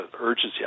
urgency